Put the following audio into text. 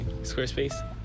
Squarespace